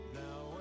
now